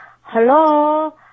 Hello